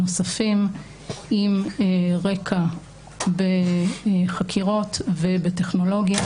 נוספים עם רקע בחקירות ובטכנולוגיה.